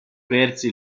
perse